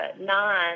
nine